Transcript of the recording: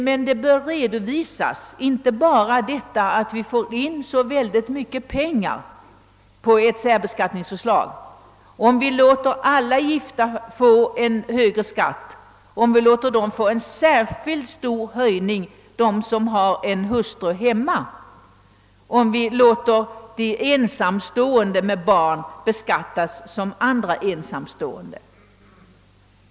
Men vi bör inte bara redovisa vilka ökade skatteinkomster som särbeskattningen ger, då vi låter alla gifta få en högre skatt och låter dem, som har en hustru hemma, få en särskilt stor höjning eller om vi låter ensamstående med barn beskattas som andra ensamstående.